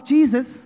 Jesus